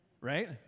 right